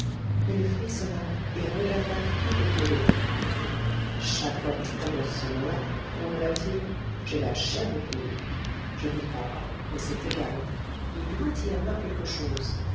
il frissonna et regarda tout autour de lui chaque fois que je prononce ce nom-là grommela-t-il j'ai la chair de poule je n'y crois pas mais c'est égal il doit y avoir quelque chose